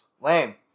Lame